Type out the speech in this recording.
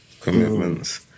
commitments